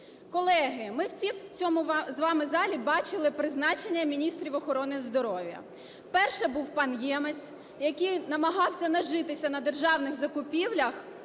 Колеги, ми всі в цьому з вами залі бачили призначення міністрів охорони здоров'я. Перший був пан Ємець, який намагався нажитися на державних закупівлях